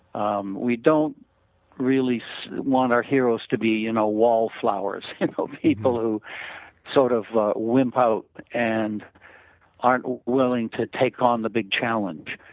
um we don't really want our heroes to be you know wall flowers you know people who sort of wimp out and are willing to take on the big challenge